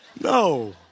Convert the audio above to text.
No